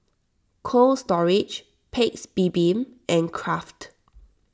Cold Storage Paik's Bibim and Kraft